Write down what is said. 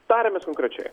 tariamės konkrečiai